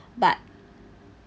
but